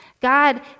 god